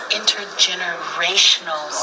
intergenerational